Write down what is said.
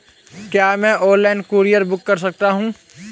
क्या मैं online courier book कर सकता हूँ?